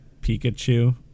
Pikachu